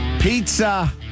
Pizza